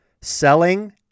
Selling